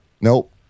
Nope